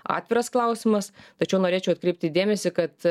atviras klausimas tačiau norėčiau atkreipti dėmesį kad